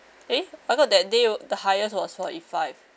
eh I got that day wa~ the highest was forty-five